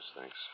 thanks